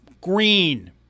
Green